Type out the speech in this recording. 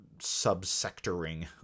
subsectoring